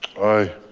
aye.